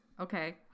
Okay